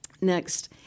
next